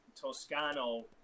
Toscano